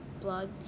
blood